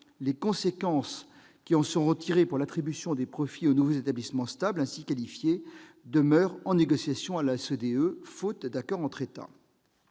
les conséquences qui en seront tirées pour l'attribution de profits aux nouveaux établissements stables ainsi qualifiés demeurent en négociation à l'OCDE, faute d'accord entre États.